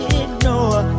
ignore